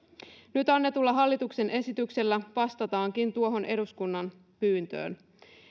nyt annetulla hallituksen esityksellä vastataankin tuohon eduskunnan pyyntöön